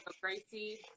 Gracie